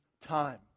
time